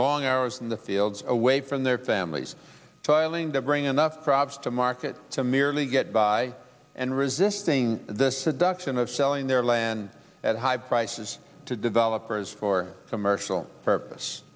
long hours in the fields away from their families toiling to bring enough crops to market to merely get by and resisting the seduction of selling their land at high prices to developers for commercial purpose